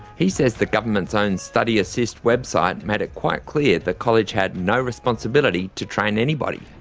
he says the government's own study assist website made it quite clear the college had no responsibility to train anybody.